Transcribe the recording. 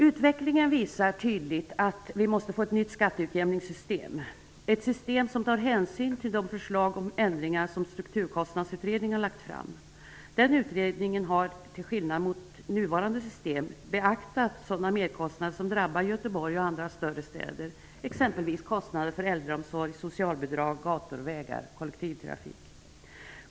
Utvecklingen visar tydligt att vi måste få ett nytt skatteutjämningssystem, som tar hänsyn till de förslag om ändringar som Strukturkostnadsutredningen har lagt fram. Utredningen har -- till skillnad mot i nuvarande system -- beaktat sådana merkostnader som drabbar Göteborg och andra större städer, exempelvis kostnader för äldreomsorg, socialbidrag, gator och vägar samt kollektivtrafik.